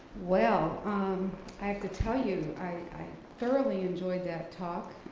well um i have to tell you i thoroughly enjoyed that talk